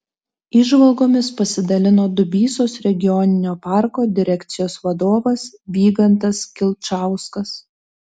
įžvalgomis pasidalino dubysos regioninio parko direkcijos vadovas vygantas kilčauskas